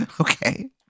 Okay